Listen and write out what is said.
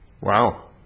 Wow